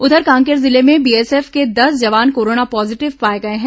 उधर कांकेर जिले में बीएसएफ के दस जवान कोरोना पॉजीटिव पाए गए हैं